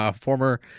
former